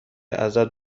ازت